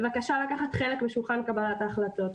בבקשה לקחת חלק בשולחן קבלת ההחלטות.